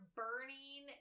burning